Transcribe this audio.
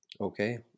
Okay